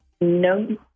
No